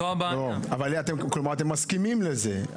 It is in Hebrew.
אתם מסכימים לזה.